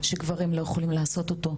שגברים לא יכולים לעשות אותו.